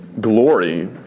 glory